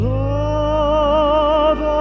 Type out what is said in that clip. love